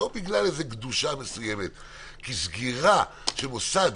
לא בגלל איזו קדושה אלא כי סגירה של מוסד